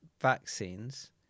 vaccines